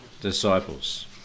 Disciples